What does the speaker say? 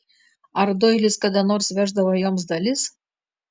ar doilis kada nors veždavo joms dalis